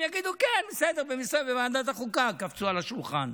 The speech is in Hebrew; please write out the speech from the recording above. הם יגידו: כן, בסדר, בוועדת החוקה קפצו על השולחן.